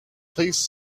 please